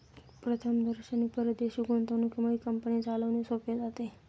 प्रथमदर्शनी परदेशी गुंतवणुकीमुळे कंपनी चालवणे सोपे जाते